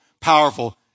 powerful